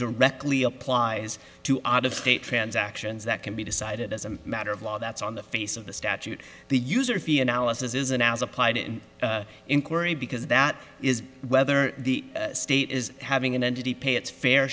directly applies to out of state transactions that can be decided as a matter of law that's on the face of the statute the user fee analysis isn't as applied in inquiry because that is whether the state is having an entity pay its fair